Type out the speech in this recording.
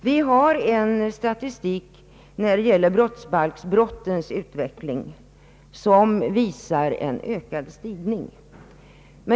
Vi har en statistik när det gäller brottsbalksbrottens utveckling, och denna visar en fortsatt ökning.